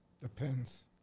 Depends